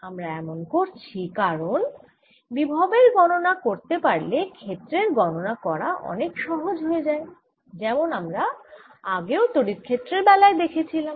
আমরা এমন করছি কারণ বিভবের গণনা করতে পারলে ক্ষেত্রের গণনা করা অনেক সহজ হয়ে যায় যেমন আমরা আগেই তড়িৎ ক্ষেত্রের বেলায় দেখেছিলাম